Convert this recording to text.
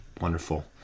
Wonderful